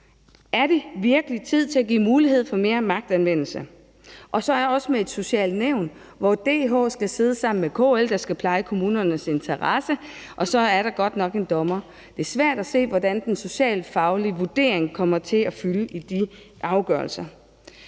Er det virkelig tid til at give mulighed for mere magtanvendelse? Og det bliver endda ledsaget af et socialt nævn, hvor DH skal sidde sammen med KL, der skal pleje kommunernes interesser, og så er der godt nok en dommer med også. Det er svært at se, hvordan den socialfaglige vurdering kommer til at fylde i de afgørelser.